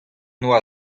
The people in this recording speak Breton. doa